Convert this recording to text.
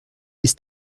ist